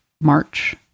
March